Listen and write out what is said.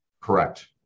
Correct